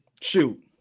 Shoot